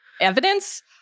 evidence